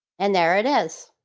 and there it is.